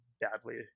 badly